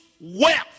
wealth